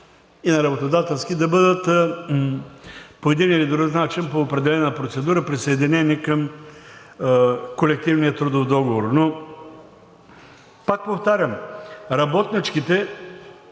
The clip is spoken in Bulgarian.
и на работодателски организации, да бъдат по един или друг начин по определена процедура присъединени към колективния трудов договор. Но, пак повтарям, работничките